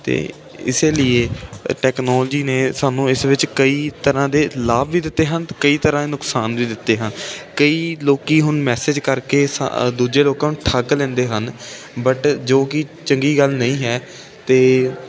ਅਤੇ ਇਸ ਲੀਏ ਟੈਕਨੋਲਜੀ ਨੇ ਸਾਨੂੰ ਇਸ ਵਿੱਚ ਕਈ ਤਰ੍ਹਾਂ ਦੇ ਲਾਭ ਵੀ ਦਿੱਤੇ ਹਨ ਅਤੇ ਕਈ ਤਰ੍ਹਾਂ ਨੁਕਸਾਨ ਵੀ ਦਿੱਤੇ ਹਨ ਕਈ ਲੋਕ ਹੁਣ ਮੈਸੇਜ ਕਰਕੇ ਸਾ ਦੂਜੇ ਲੋਕਾਂ ਨੂੰ ਠੱਗ ਲੈਂਦੇ ਹਨ ਬਟ ਜੋ ਕਿ ਚੰਗੀ ਗੱਲ ਨਹੀਂ ਹੈ ਅਤੇ